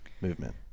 movement